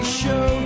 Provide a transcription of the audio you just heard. show